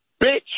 bitch